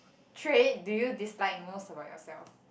trait do you dislike most about yourself